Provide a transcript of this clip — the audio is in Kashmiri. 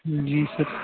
جی سَر